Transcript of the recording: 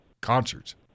concerts